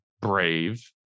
Brave